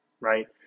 right